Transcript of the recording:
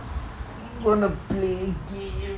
wanna play game